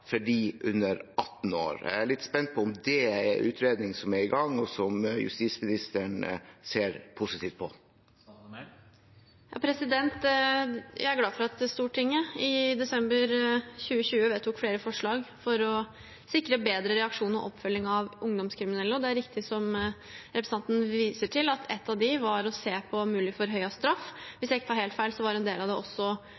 under 18 år. Jeg er litt spent på om det er en utredning som er i gang, som justisministeren ser positivt på. Jeg er glad for at Stortinget i desember 2020 vedtok flere forslag for å sikre bedre reaksjon overfor og oppfølging av ungdomskriminelle. Det er riktig som representanten viser til, at et av dem var å se på mulig forhøyet straff.